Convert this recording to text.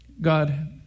God